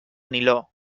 niló